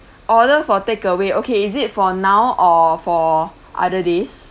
order for takeaway okay is it for now or for other days